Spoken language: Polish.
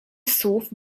słów